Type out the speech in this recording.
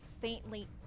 faintly